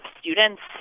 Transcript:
students